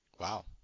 Wow